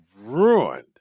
ruined